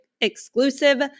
exclusive